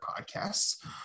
podcasts